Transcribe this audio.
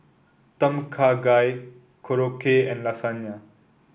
Tom Kha Gai Korokke and Lasagna